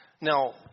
Now